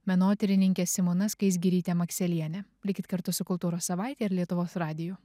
menotyrininke simona skaisgirytė makselienė likit kartu su kultūros savaite ir lietuvos radiju